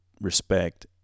respect